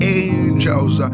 angels